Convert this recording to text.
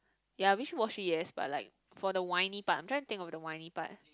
ya wishy washy yes but like for the whiny part I'm trying to think of the whiny part